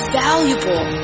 valuable